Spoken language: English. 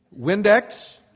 Windex